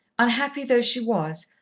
unhappy though she was,